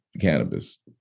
cannabis